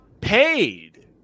paid